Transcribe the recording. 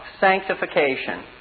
sanctification